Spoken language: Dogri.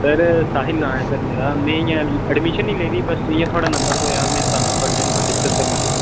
सर साहिल नांऽ ऐ सर मेरा मैं इयां एडमिशन नि लेदी बस इयां थुआड़ा नंबर थ्होआ मैं तां थुआड़े ने महा डिसकस करी लैना